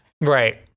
Right